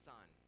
Son